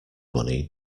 bunny